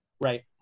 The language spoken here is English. Right